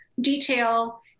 detail